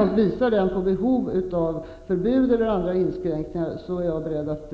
Om den visar på behov av förbud eller andra inskränkningar är jag beredd att